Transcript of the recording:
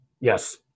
Yes